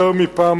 יותר מפעם